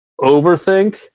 overthink